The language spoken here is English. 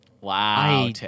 Wow